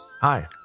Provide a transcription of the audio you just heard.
Hi